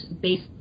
based